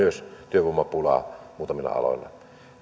työvoimapula muutamilla aloilla